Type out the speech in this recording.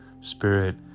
Spirit